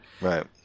right